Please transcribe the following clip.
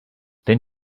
then